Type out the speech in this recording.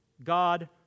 God